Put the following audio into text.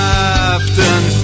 Captain